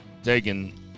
taking